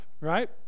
right